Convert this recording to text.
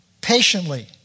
patiently